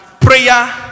prayer